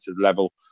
level